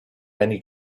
many